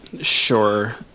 sure